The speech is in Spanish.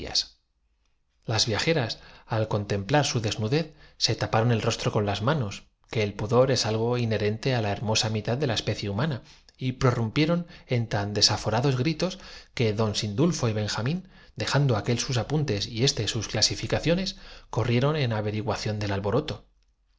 las viajeras al contemplar su desnudez se taparon mismo en su organización física que en su tocado la el rostro con las manos que el pudor es algo inhe huella del retroceso pues todo en ellas caminaba ha rente á la hermosa mitad de la especie humana y cia su origen y del mismo modo el papel pasaba de prorrumpieron en tan desaforados gritos que don la consistencia del billete á la trituración del batán y sindulfo y benjamín dejando aquel sus apuntes y éste á la primera forma de guiñapo que el raso se meta sus clasificaciones corrieron en averiguación del albo